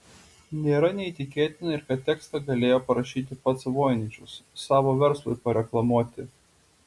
nėra neįtikėtina ir kad tekstą galėjo parašyti pats voiničius savo verslui pareklamuoti